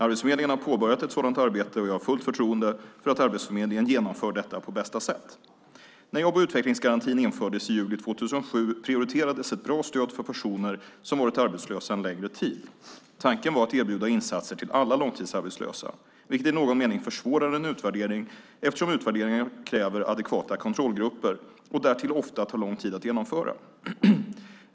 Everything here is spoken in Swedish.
Arbetsförmedlingen har påbörjat ett sådant arbete och jag har fullt förtroende för att Arbetsförmedlingen genomför detta på bästa sätt. När jobb och utvecklingsgarantin infördes i juli 2007 prioriterades ett bra stöd för personer som varit arbetslösa en längre tid. Tanken var att erbjuda insatser till alla långtidsarbetslösa, vilket i någon mening försvårar en utvärdering eftersom utvärderingar kräver adekvata kontrollgrupper och därtill ofta tar lång tid att genomföra.